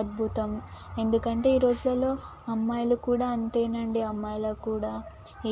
అద్భుతం ఎందుకంటే ఈ రోజులలో అమ్మాయిలు కూడా అంతేనండి అమ్మాయిల కూడా